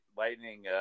Lightning